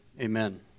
amen